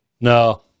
No